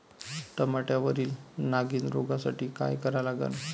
टमाट्यावरील नागीण रोगसाठी काय करा लागन?